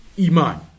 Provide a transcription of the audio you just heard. iman